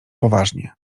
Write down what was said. poważnie